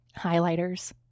Highlighters